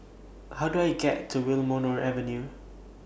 How Do I get to Wilmonar Avenue